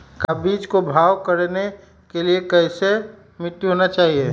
का बीज को भाव करने के लिए कैसा मिट्टी होना चाहिए?